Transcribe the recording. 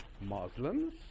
Muslims